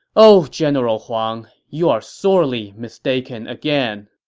oh general huang, you are sorely mistaken again!